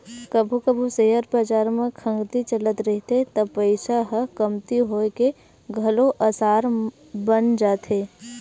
कभू कभू सेयर बजार म खंगती चलत रहिथे त पइसा ह कमती होए के घलो असार बन जाथे